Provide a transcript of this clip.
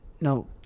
No